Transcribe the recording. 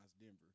Denver